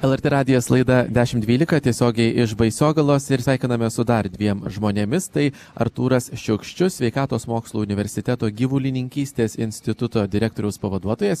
lrt radijas laida dešimt dvylika tiesiogiai iš baisogalos ir sveikiname su dar dviem žmonėmis tai artūras šiukščius sveikatos mokslų universiteto gyvulininkystės instituto direktoriaus pavaduotojas